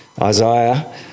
Isaiah